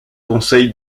conseil